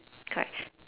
correct